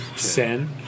Sen